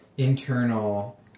internal